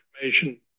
information